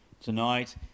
tonight